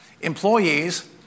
employees